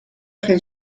geen